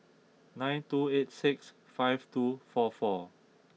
nine two eight six five two four four